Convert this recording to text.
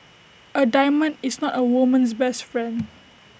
A diamond is not A woman's best friend